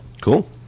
cool